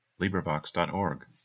LibriVox.org